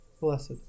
Blessed